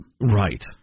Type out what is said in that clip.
Right